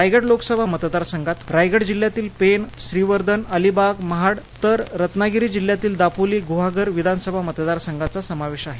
रायगड लोकसभा मतदारसंघात रायगड जिल्ह्यातील पेण श्रीवर्धन अलिबाग महाड तर रत्नागिरी जिल्हयातील दापोली गुहागर विधानसभा मतदारसंघाचा समावेश आहे